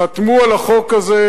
חתמו על החוק הזה,